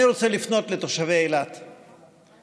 אני רוצה לפנות לתושבי אילת ולומר: